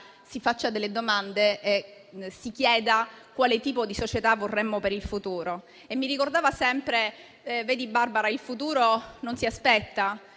si facesse delle domande e si chiedesse quale tipo di società vorremmo per il futuro e mi ricordava sempre che il futuro non si aspetta: